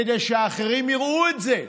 כדי שהאחרים יראו את זה.